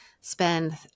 spend